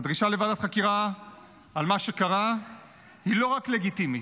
הדרישה לוועדת חקירה על מה שקרה היא לא רק לגיטימית,